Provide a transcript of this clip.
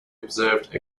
observed